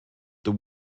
the